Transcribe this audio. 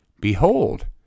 Behold